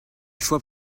faut